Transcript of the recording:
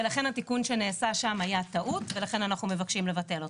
ולכן התיקון שנעשה שם היה טעות ולכן אנחנו מבקשים לבטל אותו.